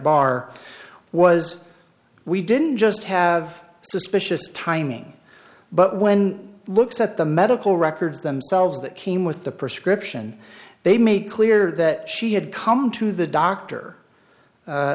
bar was we didn't just have suspicious timing but when i looked at the medical records themselves that came with the prescription they make clear that she had come to the doctor